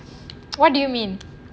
what do you mean